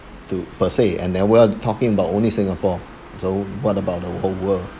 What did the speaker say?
two per se and then we're talking about only singapore so what about the whole world